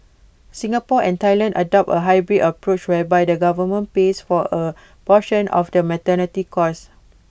Singapore and Thailand adopt A hybrid approach whereby the government pays for A portion of the maternity costs